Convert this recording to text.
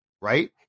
right